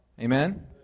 Amen